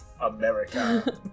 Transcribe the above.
America